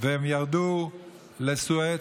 והם ירדו לסואץ.